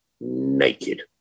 naked